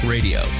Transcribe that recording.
Radio